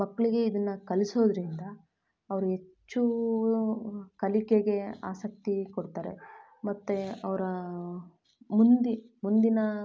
ಮಕ್ಕಳಿಗೆ ಇದನ್ನು ಕಲಿಸೋದ್ರಿಂದ ಅವ್ರು ಹೆಚ್ಚು ಕಲಿಕೆಗೆ ಆಸಕ್ತಿ ಕೊಡ್ತಾರೆ ಮತ್ತು ಅವರ ಮುಂದಿನ ಮುಂದಿನ